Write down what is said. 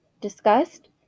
discussed